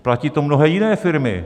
Platí to mnohé jiné firmy.